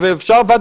אבל ברגע